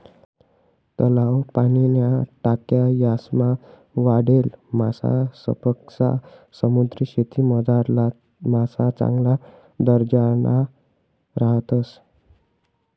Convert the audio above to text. तलाव, पाणीन्या टाक्या यासमा वाढेल मासासपक्सा समुद्रीशेतीमझारला मासा चांगला दर्जाना राहतस